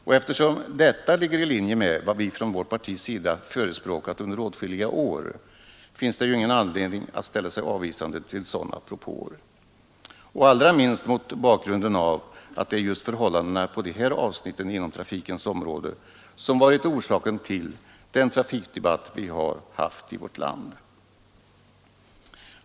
Och eftersom detta ligger i linje med vad vi från vårt parti har förespråkat under åtskilliga år finns det ju ingen anledning att ställa sig avvisande till sådana propåer, allra minst mot bakgrunden av att det är just förhållandena på de här avsnitten inom trafikområdet som har varit orsaken till den trafikdebatt vi haft i vårt land.